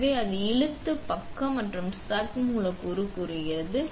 எனவே அது இழுத்து பக்க மற்றும் சக் மீது மூலக்கூறு கூறுகிறது